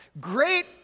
great